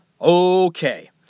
Okay